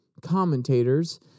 commentators